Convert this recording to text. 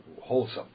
wholesome